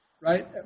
right